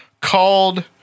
called